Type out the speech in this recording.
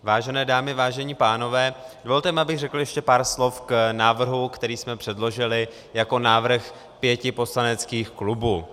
Vážené dámy, vážení pánové, dovolte mi, abych řekl ještě pár slov k návrhu, který jsme předložili jako návrh pěti poslaneckých klubů.